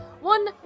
one